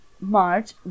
March